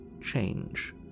change